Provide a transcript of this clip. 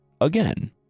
again